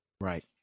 right